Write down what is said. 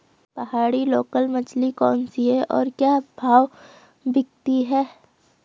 पहाड़ी लोकल मछली कौन सी है और क्या भाव बिकती है?